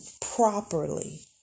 properly